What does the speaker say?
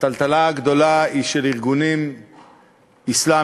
הטלטלה הגדולה היא של ארגונים אסלאמיים